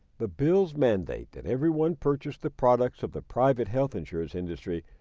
the bill's mandate that everyone purchase the products of the private health insurance industry,